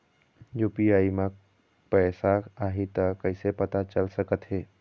UPI म पैसा आही त कइसे पता चल सकत हे?